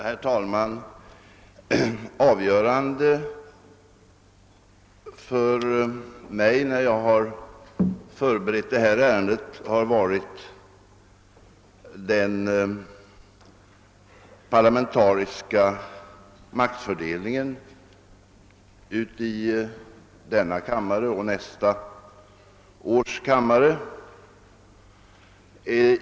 Herr talman! När jag förberett detta ärende har det avgörande för mig varit den parlamentariska maktfördelningen i denna kammare och i nästa års kammare.